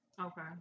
Okay